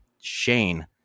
Shane